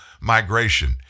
migration